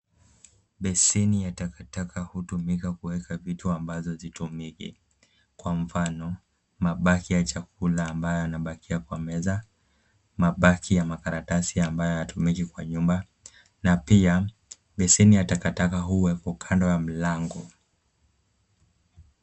Beseni ya takataka hutumika kuweka vitu ambazo hazitumiki kwa mfano mabaki ya chakula ambayo yanabakia kwa meza, mabaki ya makaratasi ambayo hayatumiki kwa nyumba na pia beseni ya takataka huwekwa kando ya mlango.